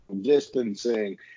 distancing